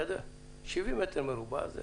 70 מטר רבוע זה